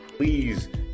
Please